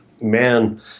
man